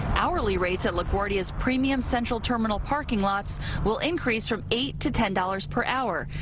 hourly rates at laguardia's premium central terminal parking lots will increase from eight to ten dollars per hour.